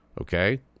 Okay